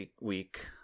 week